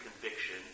conviction